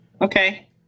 Okay